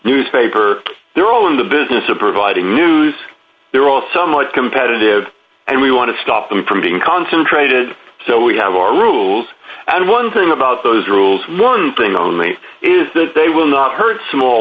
newspaper they're all in the business of providing news they're all somewhat competitive and we want to stop them from being concentrated so we have our rules and one thing about those rules one thing only is that they will not hurt small